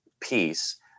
peace